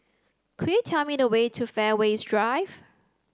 could you tell me the way to Fairways Drive